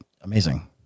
amazing